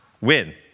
win